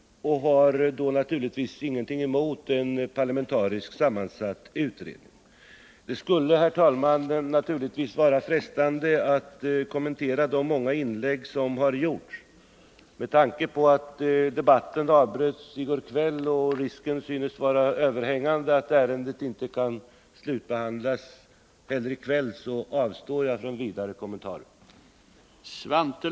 Och jag har naturligtvis ingenting emot en parlamentariskt sammansatt utredning. Det skulle, herr talman, vara frestande att kommentera de många inlägg som har gjorts. Med tanke på att debatten avbröts i går kväll och risken synes vara överhängande att ärendet inte heller i kväll kan slutbehandlas, avstår jag från vidare kommentarer.